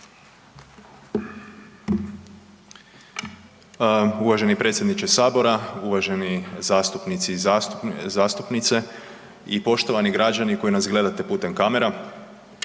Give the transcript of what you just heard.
Uvaženi predsjedniče sabora, uvaženi zastupnici i zastupnice i poštovani građani koji nas gledate putem kamera.